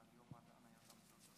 אדוני היושב-ראש.